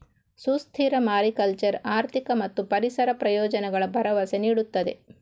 ಸುಸ್ಥಿರ ಮಾರಿಕಲ್ಚರ್ ಆರ್ಥಿಕ ಮತ್ತು ಪರಿಸರ ಪ್ರಯೋಜನಗಳ ಭರವಸೆ ನೀಡುತ್ತದೆ